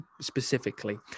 specifically